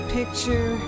picture